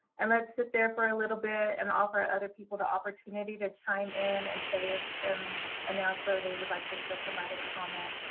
and let's sit there for a little bit and offer other people the opportunity to chime in and say ah and announce whether they would like to still provide a comment.